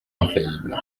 infaillible